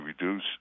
reduce